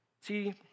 See